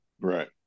Right